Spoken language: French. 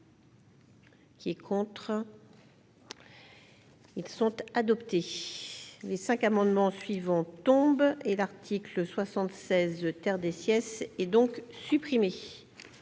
Qui est contre. Ils sont à adopter les 5 amendements suivants tombe et l'article 76, terre des sièges et donc supprimer